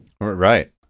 Right